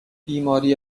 بیماری